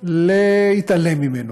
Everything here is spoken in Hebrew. להתעלם ממנו.